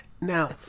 now